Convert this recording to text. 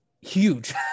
huge